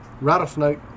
rattlesnake